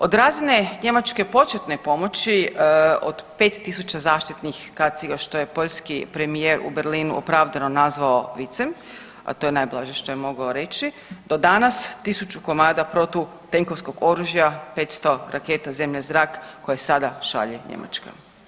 Od razine njemačke početne pomoći od 5000 zaštitnih kaciga što je poljski premijer u Berlinu opravdano nazvao vicem, a to je najblaže što je mogao reći, do danas 1000 komada protutenkovskog oružja 500 raketa zemlja-zrak koje sada šalje Njemačka.